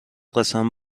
قسم